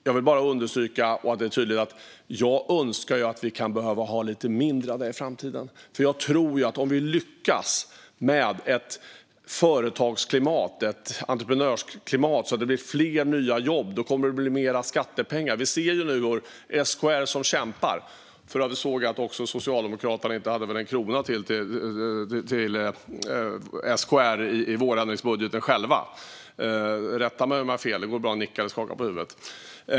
Jag vill bara understryka - och jag vill att det är tydligt - att jag önskar att vi behöver ha lite mindre av detta i framtiden. Om vi lyckas med ett företagsklimat och ett entreprenörsklimat så att det blir fler nya jobb kommer det att bli mer skattepengar. Vi ser nu hur SKR kämpar. Socialdemokraterna själva hade väl inte en krona till SKR i vårändringsbudgeten. Rätta mig om jag har fel! Det går bra att nicka eller skaka på huvudet.